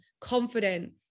confident